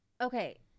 Okay